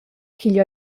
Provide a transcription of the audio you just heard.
ch’igl